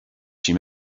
she